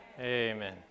Amen